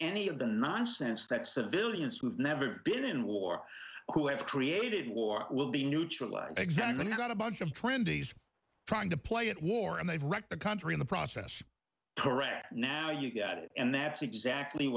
any of the nonsense that civilians who have never been in war whoever created war will be neutralized xander not a bunch of trendies trying to play at war and they've wrecked the country in the process correct now you get it and that's exactly